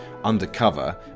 undercover